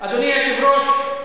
אדוני היושב-ראש,